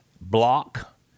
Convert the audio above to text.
Block